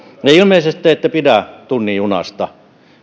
lähteneet ilmeisesti te ette pidä tunnin junasta